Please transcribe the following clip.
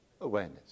awareness